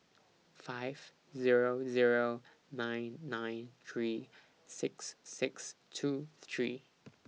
five Zero Zero nine nine three six six two three